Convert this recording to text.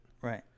Right